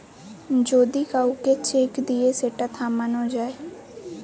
যদি কাউকে চেক দিয়ে সেটা থামানো যায়